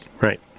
Right